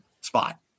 spot